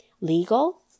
legal